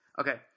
Okay